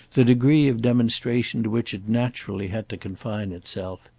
the degree of demonstration to which it naturally had to confine itself.